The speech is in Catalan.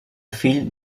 fill